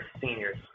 seniors